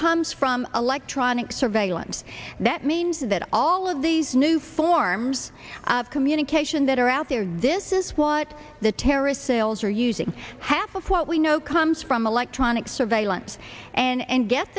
comes from electronic surveillance that means that all all of these new forms of communication that are out there this is what the terrorist sales are using half of what we know comes from electronic surveillance and